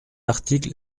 article